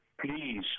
Please